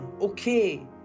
okay